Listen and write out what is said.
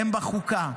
הם בחוקה.